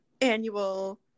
annual